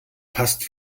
passt